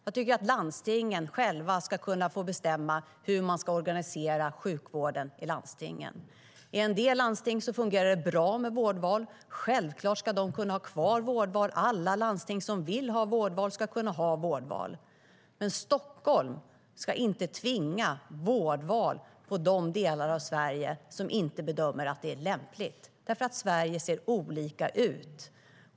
Jag tycker att landstingen själva ska kunna få bestämma hur de ska organisera sjukvården i landstingen.I en del landsting fungerar det bra med vårdval. Självklart ska de kunna ha kvar vårdval. Alla landsting som vill ha vårdval ska kunna ha vårdval. Men Stockholm ska inte tvinga vårdval på de delar av Sverige som inte bedömer att det är lämpligt, därför att Sverige ser olika ut.